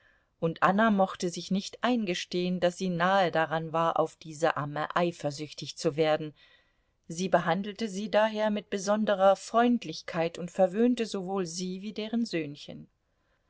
und anna mochte sich nicht eingestehen daß sie nahe daran war auf diese amme eifersüchtig zu werden sie behandelte sie daher mit besonderer freundlichkeit und verwöhnte sowohl sie wie deren söhnchen